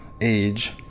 age